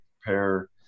prepare